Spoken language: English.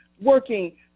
working